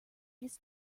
his